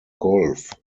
golf